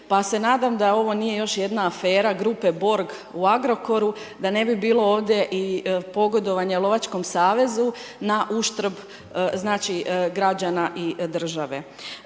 pa se nadam da ovo nije još jedna afera grupe BORG u Agrokoru, da ne bilo bilo ovdje i pogodovanje lovačkom savezu na uštrb, znači građana i države.